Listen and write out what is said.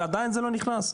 ועדיין זה לא נכנס?